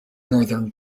northern